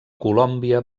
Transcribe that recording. colòmbia